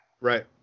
Right